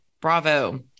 Bravo